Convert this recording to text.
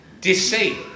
Deceit